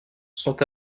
sont